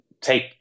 take